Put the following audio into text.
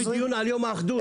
יש לי דיון על יום האחדות.